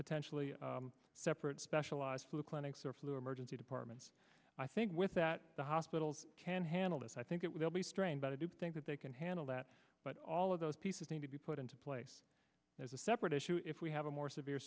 potentially separate specialized flu clinics or flu emergency departments i think with that the hospitals can handle this i think it will be strained but i do think that they can handle that but all of those pieces need to be put into place as a separate issue if we have a more severe